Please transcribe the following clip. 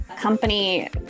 company